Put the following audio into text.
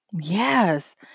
yes